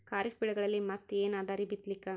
ಖರೀಫ್ ಬೆಳೆಗಳಲ್ಲಿ ಮತ್ ಏನ್ ಅದರೀ ಬಿತ್ತಲಿಕ್?